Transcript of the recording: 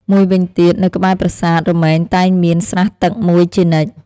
មួយវិញទៀត នៅក្បែរប្រាសាទរមែងតែងមានស្រះទឹកមួយជានិច្ច។